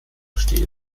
steht